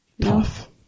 tough